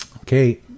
Okay